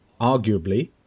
arguably